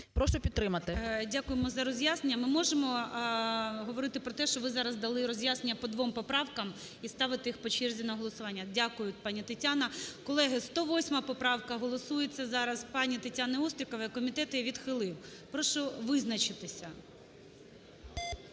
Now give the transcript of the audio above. Прошу підтримати. ГОЛОВУЮЧИЙ. Дякуємо за роз'яснення. Ми можемо говорити про те, що ви дали роз'яснення по двом поправкам і ставити їх по черзі на голосування? Дякую, пані Тетяна. Колеги, 108 поправка голосується зараз пані Тетяни Острікової, комітет її відхилив. Прошу визначитися.